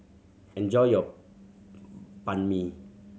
enjoy your Banh Mi